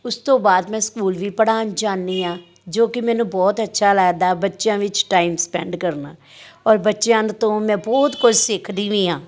ਉਸ ਤੋਂ ਬਾਅਦ ਮੈਂ ਸਕੂਲ ਵੀ ਪੜ੍ਹਾਉਣ ਜਾਂਦੀ ਹਾਂ ਜੋ ਕਿ ਮੈਨੂੰ ਬਹੁਤ ਅੱਛਾ ਲੱਗਦਾ ਬੱਚਿਆਂ ਵਿੱਚ ਟਾਈਮ ਸਪੈਂਡ ਕਰਨਾ ਔਰ ਬੱਚਿਆਂ ਤੋਂ ਮੈਂ ਬਹੁਤ ਕੁਝ ਸਿੱਖਦੀ ਵੀ ਹਾਂ